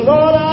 Lord